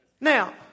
Now